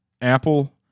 apple